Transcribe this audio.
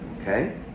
Okay